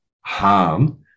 harm